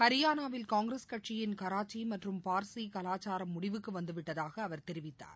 ஹரியானாவில் காங்கிரஸ் கட்சியின் கராச்சிமற்றும் பார்சிகலாச்சாரம் முடிவுக்குவந்துவிட்டதாகஅவா தெரிவித்தார்